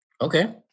Okay